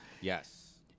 Yes